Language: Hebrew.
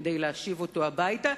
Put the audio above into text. כדי להשיב אותו הביתה,